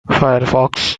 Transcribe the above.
firefox